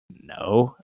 No